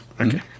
Okay